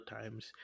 times